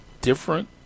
Different